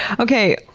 okay.